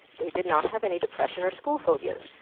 they did not have any depression or school phobias.